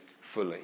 fully